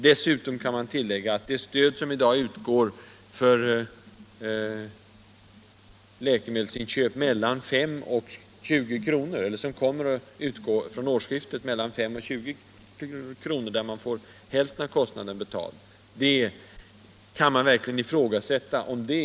Dessutom kan man ifrågasätta om det stöd som från årsskiftet kommer att utgå för läkemedelsinköp mellan 5 och 20 kr., där man får hälften av kostnaden betald, verkligen är så angeläget.